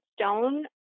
stone